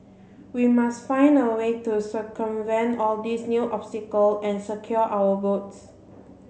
we must find a way to circumvent all these new obstacle and secure our votes